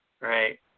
Right